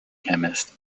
chemist